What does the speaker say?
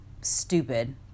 stupid